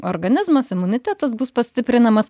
organizmas imunitetas bus pastiprinamas